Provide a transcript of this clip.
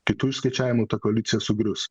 kitų išskaičiavimu ta koalicija sugrius